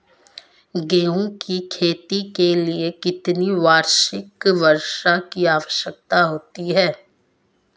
गेहूँ की खेती के लिए कितनी वार्षिक वर्षा की आवश्यकता होती है?